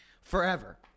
forever